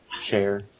share